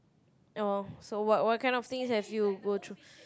so what what kind of things have you go thru